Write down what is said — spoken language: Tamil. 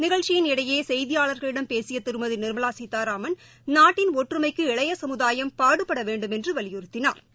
நிகழ்ச்சியின் இடையே செய்தியாளா்களிடம் பேசிய திருமதி நிா்மலா சீதாராமன் நாட்டின் ஒற்றுமைக்கு இளைய சமுதாயம் பாடுபட வேண்டுமென்று வலியுறுத்தினாா்